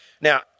Now